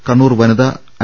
കണ്ണൂർ വനിതാ ഐ